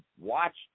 watched